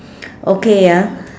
okay ah